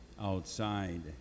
outside